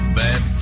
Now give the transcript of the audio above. bad